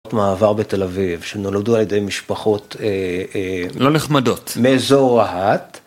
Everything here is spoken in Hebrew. מעבר בתל אביב שנולדו על ידי משפחות לא נחמדות מאיזו רהט